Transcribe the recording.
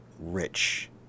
rich